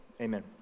Amen